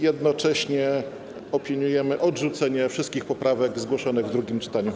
Jednocześnie opiniujemy odrzucenie wszystkich poprawek zgłoszonych w drugim czytaniu.